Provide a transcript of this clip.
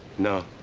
no,